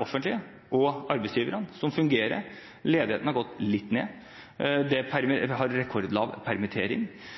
offentlige og arbeidsgiverne som fungerer. Ledigheten har gått litt ned. Vi har rekordlave permitteringstall, men det